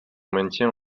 maintien